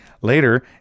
Later